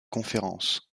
conférence